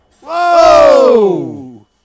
Whoa